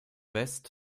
west